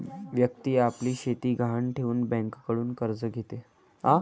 व्यक्ती आपली शेती गहाण ठेवून बँकेकडून कर्ज घेते